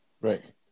Right